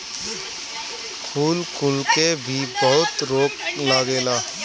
फूल कुल के भी बहुते रोग लागेला